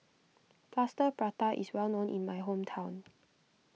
Plaster Prata is well known in my hometown